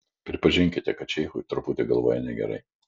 pripažinkite kad šeichui truputį galvoje negerai